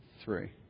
Three